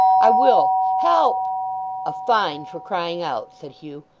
i will. help a fine for crying out said hugh.